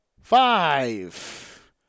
five